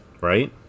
right